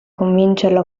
convincerlo